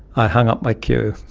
i hung up my cue.